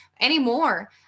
anymore